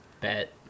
Bet